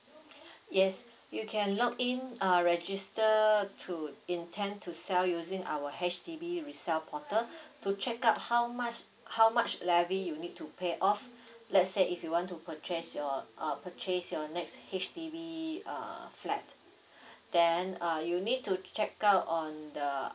yes you can log in uh register to intend to sell using our H_D_B resell portal to check out how much how much levy you need to pay off let's say if you want to purchase your uh purchase your next H_D_B uh flat then uh you need to check out on the